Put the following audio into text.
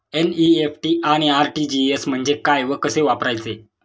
NEFT आणि RTGS म्हणजे काय व कसे वापरायचे?